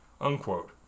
Unquote